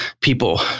people